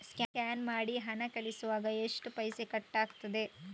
Scan ಮಾಡಿ ಹಣ ಕಳಿಸುವಾಗ ಎಷ್ಟು ಪೈಸೆ ಕಟ್ಟಾಗ್ತದೆ?